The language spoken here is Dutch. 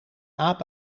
aap